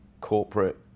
corporate